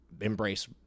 embrace